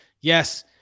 yes